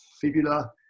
fibula